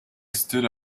stood